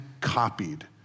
copied